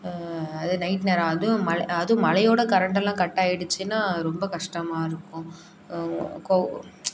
அதே நைட் நேரம் அதுவும் மழை அதுவும் மழையோடு கரண்ட் எல்லாம் கட் ஆகிடுச்சுனா ரொம்ப கஷ்டமாக இருக்கும்